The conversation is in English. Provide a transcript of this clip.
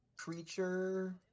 Creature